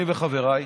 אני וחבריי,